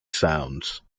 sounds